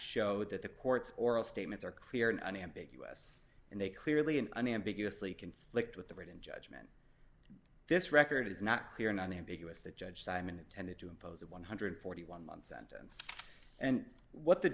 show that the court's oral statements are clear and unambiguous and they clearly and unambiguously conflict with the written judgment this record is not clear and unambiguous that judge simon intended to impose a one hundred and forty one month sentence and what the